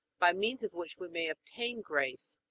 by means of which we may obtain grace.